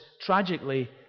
tragically